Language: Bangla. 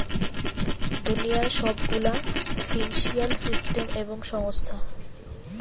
দুনিয়ার সব গুলা ফিন্সিয়াল সিস্টেম এবং সংস্থা